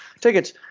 tickets